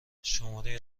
شماری